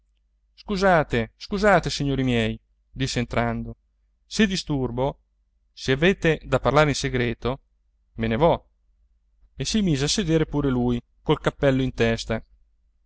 scusate scusate signori miei disse entrando se disturbo se avete da parlare in segreto me ne vo e si mise a sedere lui pure col cappello in testa